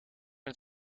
het